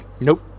Nope